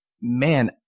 man